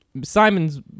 Simon's